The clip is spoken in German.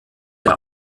der